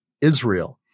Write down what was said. Israel